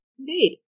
Indeed